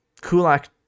Kulak